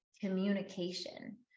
communication